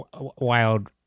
wild